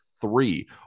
three